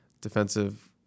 defensive –